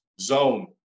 zone